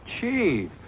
Chief